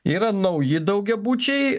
yra nauji daugiabučiai